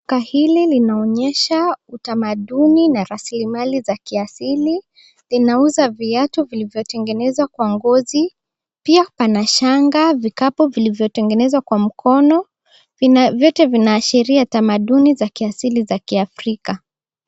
Duka hili linaonyesha utamaduni na rasilimali za kiasili. Linauza viatu vilivyotengenezwa kwa ngozi. Pia pana shanga na vikapu vilivyotengenezwa kwa mikono. Vitu vinaashiria tamaduni za asili za kiafrika.